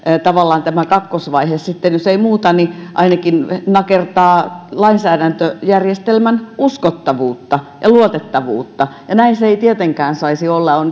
tavallaan tämä kakkosvaihe jos ei muuta niin ainakin nakertaa lainsäädäntöjärjestelmän uskottavuutta ja luotettavuutta näin se ei tietenkään saisi olla on